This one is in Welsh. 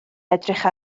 edrych